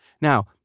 Now